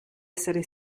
essere